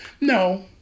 No